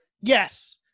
yes